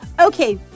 Okay